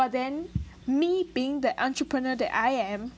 but then me being the entrepreneur that I am